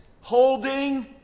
Holding